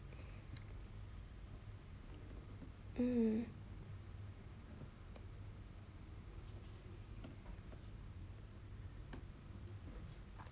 mm